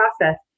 process